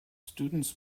students